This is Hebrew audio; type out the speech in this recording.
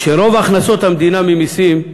כשרוב הכנסות המדינה ממסים,